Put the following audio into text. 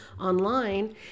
online